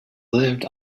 lived